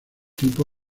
tipo